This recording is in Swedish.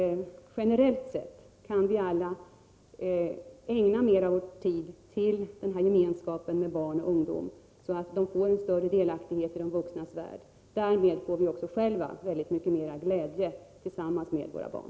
Generellt sett tror jag att vi alla kan ägna mer tid åt gemenskapen med barn och ungdomar, så att dessa får en större delaktighet i de vuxnas värld. Därmed får vi själva också mycket mera glädje tillsammans med våra barn.